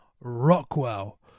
Rockwell